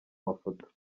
mafoto